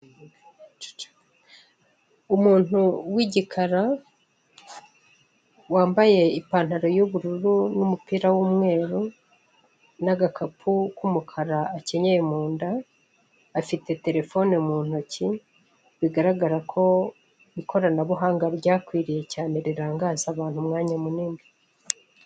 Umuntu w'igikara wambaye ipantaro y'ubururu n'umupira w'umweru n'agakapu k'umukara akenyeye munda, afite terefone mu ntoki bigaragara ko ikoranabuhangana ryakwiriye cyane rirangaza abantu umwanya munini.